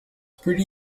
pretty